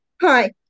Hi